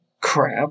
crap